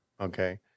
Okay